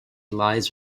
lies